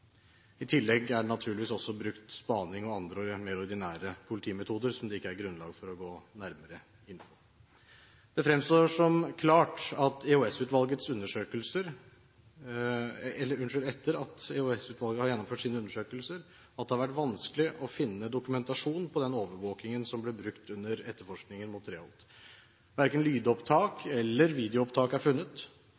I tillegg er det naturligvis også brukt spaning og andre mer ordinære politimetoder, som det ikke er grunnlag for å gå nærmere inn på. Det fremstår som klart at det etter at EOS-utvalget har gjennomført sine undersøkelser, har vært vanskelig å finne dokumentasjon på den overvåkingen som ble brukt under etterforskningen av Treholt. Verken lydopptak